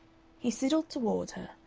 he sidled toward her,